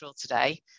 today